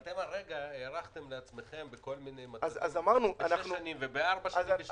יש הארכות שוטפות שהמשרדים נותנים היום, וזה נושא